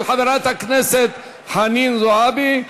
של חברת הכנסת חנין זועבי,